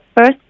first